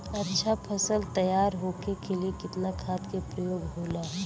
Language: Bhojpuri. अच्छा फसल तैयार होके के लिए कितना खाद के प्रयोग होला?